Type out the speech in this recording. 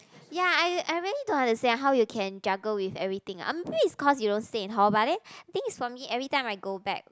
ya I I very don't understand how you can juggle with everything I'm cause you don't stay in hall but then thing is for me every time I go back